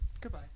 Goodbye